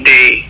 Day